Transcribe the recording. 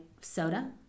soda